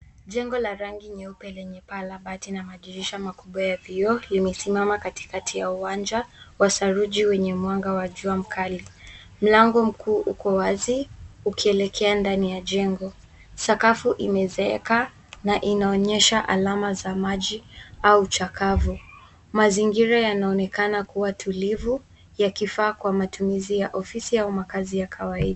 Jengo la rangi nyeupe lenye paa la bati na madirisha makubwa ya vioo limesimama katikati ya uwanja wa saruji wenye mwanga wajua mkali. Mlango mkuu ukowazi ukielekea ndani ya jengo. Sakafu imezeeka na inaonyesha alama za maji au chakavu. Mazingira yanaonekana kuwa tulivu ya kifaa kwa matumizi ya ofisi au makazi ya kawaida.